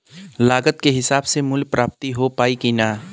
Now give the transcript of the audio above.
लागत के हिसाब से मूल्य प्राप्त हो पायी की ना?